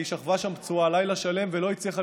היא שכבה שם פצועה לילה שלם ולא הצליחה